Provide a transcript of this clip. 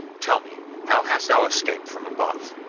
tell me, how hast thou escaped from above?